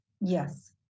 Yes